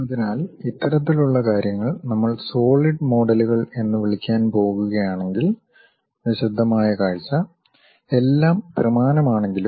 അതിനാൽ ഇത്തരത്തിലുള്ള കാര്യങ്ങൾ നമ്മൾ സോളിഡ് മോഡലുകൾ എന്ന് വിളിക്കാൻ പോകുകയാണെങ്കിൽ വിശദമായ കാഴ്ച എല്ലാം ത്രിമാനമാണെങ്കിലും